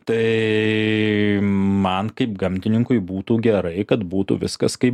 tai man kaip gamtininkui būtų gerai kad būtų viskas kaip